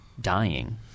dying